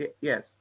Yes